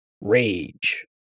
Rage